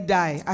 die